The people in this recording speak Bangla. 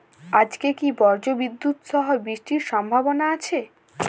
আজকে কি ব্রর্জবিদুৎ সহ বৃষ্টির সম্ভাবনা আছে?